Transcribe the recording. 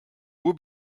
would